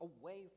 away